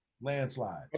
Landslide